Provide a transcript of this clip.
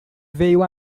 veio